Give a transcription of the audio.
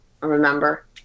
Remember